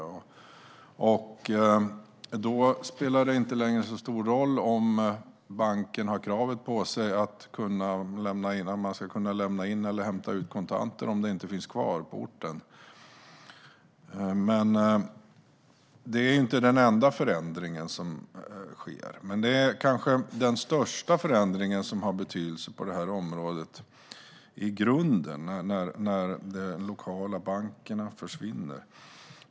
Om banken inte längre finns kvar på orten spelar det inte längre så stor roll om banken har kravet på sig att man ska kunna sätta in eller ta ut kontanter. Detta är inte den enda förändring som sker, men det är kanske den största förändring som har betydelse på det här området. De lokala bankerna försvinner.